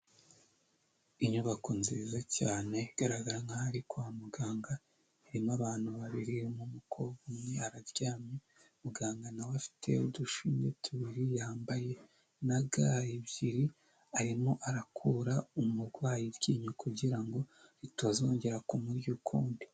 Inyubako nziza cyane igaragara nkaho ari kwa muganga, haririmo abantu babiri umukobwa umwe araryamye muganga nawe afite udushinge tubiri, yambaye na ga ebyiri arimo arakura umurwayi iryinyo kugirango ritazongera kumurya ukundi.